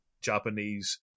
Japanese